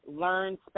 Learn